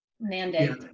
mandate